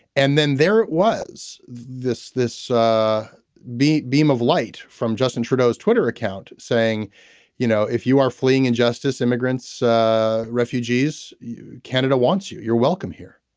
and then there was this this beam beam of light from justin trudeau's twitter account saying you know if you are fleeing injustice immigrants refugees canada wants you. you're welcome here.